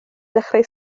dechrau